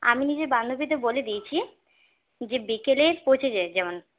আমি নিজের বান্ধবীদের বলে দিয়েছি যে বিকেলে পৌঁছে যায় যেন